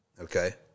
okay